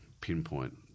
pinpoint